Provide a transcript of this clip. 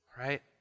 right